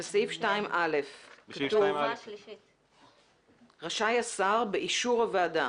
בסעיף 2(א) כתוב: רשאי השר באישור הוועדה.